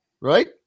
Right